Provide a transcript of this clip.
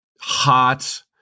hot